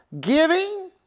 Giving